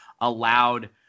allowed